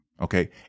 Okay